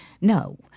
No